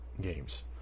games